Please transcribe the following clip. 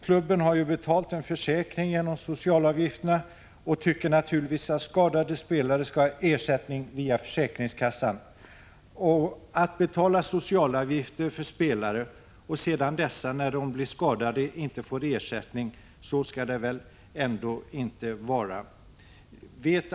Klubben har ju betalat en försäkring genom de sociala avgifterna och tycker naturligtvis att skadade spelare då också skall ha ersättning via försäkringskassan. Det skall väl ändå inte vara så att man först betalar sociala avgifter för spelarna och sedan dessutom betalar dem när de blir skadade.